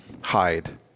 hide